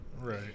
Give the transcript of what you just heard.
Right